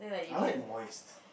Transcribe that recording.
I like wines